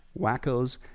wackos